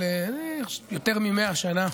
אבל לפני יותר מ-100 שנה.